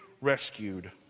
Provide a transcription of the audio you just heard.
rescued